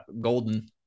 Golden